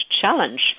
challenge